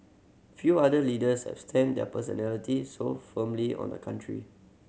few other leaders have stamped their personalities so firmly on a country